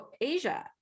asia